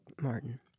Martin